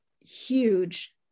huge